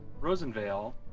Rosenvale